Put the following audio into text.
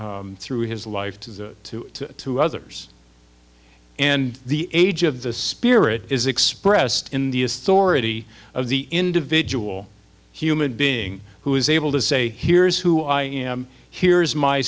through his life to the two others and the age of the spirit is expressed in the authority of the individual human being who is able to say here's who i am here's my